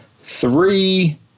Three